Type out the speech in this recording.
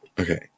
Okay